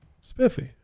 spiffy